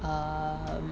err